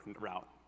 route